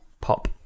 Pop